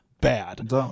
bad